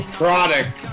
product